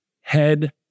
head